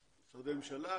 ממשרדי הממשלה,